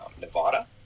Nevada